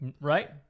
right